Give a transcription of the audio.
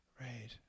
Right